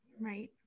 Right